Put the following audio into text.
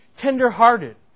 tender-hearted